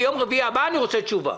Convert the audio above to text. ביום רביעי הבא אני רוצה תשובה.